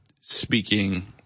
speaking